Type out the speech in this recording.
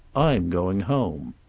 i'm going home.